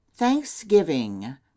Thanksgiving